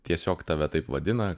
tiesiog tave taip vadina